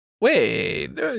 Wait